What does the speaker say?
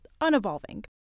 Unevolving